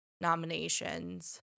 nominations